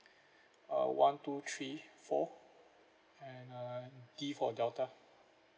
uh one two three four and uh D for delta